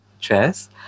Chess